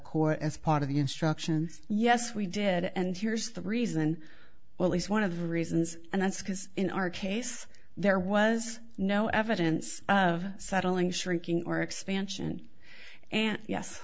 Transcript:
court as part of the instructions yes we did and here's the reason well he's one of the reasons and that's because in our case there was no evidence of settling shrinking or expansion and yes